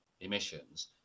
emissions